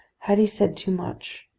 had he said too much?